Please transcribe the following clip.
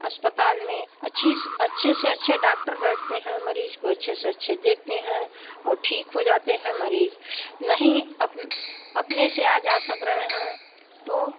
अस्पताल में अच्छी अच्छे से अच्छे डाक्टर बैठते हैं मरीज को अच्छे से अच्छे देखते हैं और ठीक हो जाते हैं मरीज नहीं अपने से आ जा सक रहे हैं तो